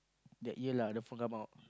that year lah the phone come out